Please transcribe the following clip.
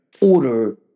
order